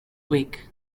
week